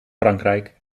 frankrijk